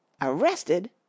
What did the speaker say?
Arrested